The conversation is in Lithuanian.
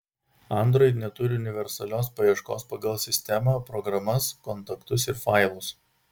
android neturi universalios paieškos pagal sistemą programas kontaktus ir failus